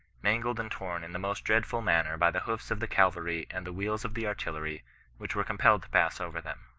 mangled and torn in the most dreadful manner by the hoofs of the cavalry and the wheels of the artillery which were compelled to pass over them.